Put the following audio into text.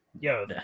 Yo